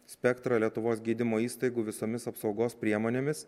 spektrą lietuvos gydymo įstaigų visomis apsaugos priemonėmis